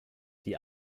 die